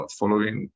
following